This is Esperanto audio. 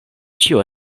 ĉio